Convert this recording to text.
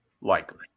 Likely